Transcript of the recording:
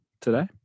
today